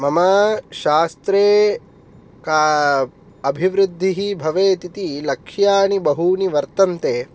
मम शास्त्रे का अभिवृद्धिः भवेत् इति लक्ष्यानि बहूनि वर्तन्ते